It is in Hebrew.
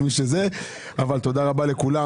אבל תודה רבה לכולם,